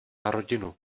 rodinu